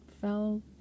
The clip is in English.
fell